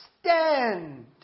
stand